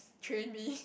train me